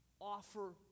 offer